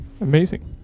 Amazing